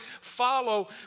follow